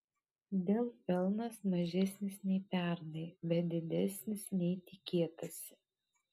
dell pelnas mažesnis nei pernai bet didesnis nei tikėtasi